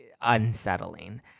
unsettling